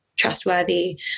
trustworthy